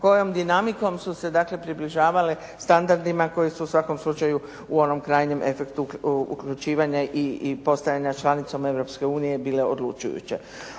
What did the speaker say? kojom dinamikom su se dakle približavale standardima koji su u svakom slučaju u onom krajnjem efektu uključivanja i postajanja članicom Europske unije